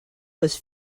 was